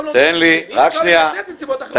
גם --- אי אפשר לקצץ מסיבות אחרות,